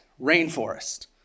rainforest